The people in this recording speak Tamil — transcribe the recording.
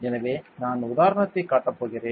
எனவே நான் உதாரணத்தைக் காட்டப் போகிறேன்